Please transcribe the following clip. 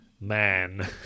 man